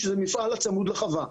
שזה מפעל צמוד לחווה.